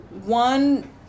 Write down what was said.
one